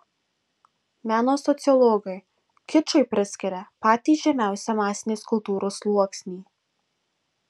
meno sociologai kičui priskiria patį žemiausią masinės kultūros sluoksnį